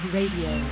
Radio